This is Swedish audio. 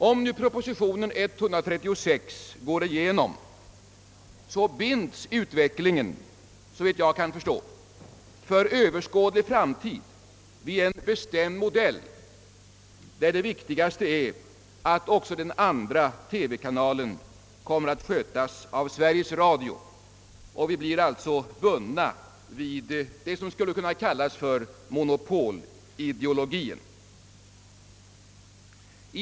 Om nu proposition nr 136 går igenom, binds utvecklingen såvitt jag kan förstå för överskådlig framtid vid en bestämd modell, där det viktigaste är att också den andra TV-kanalen kommer att skötas av Sveriges Radio. Vi blir alltså bundna vid det som skulle kunna kallas för monopolideologien.